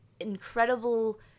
incredible